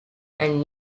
and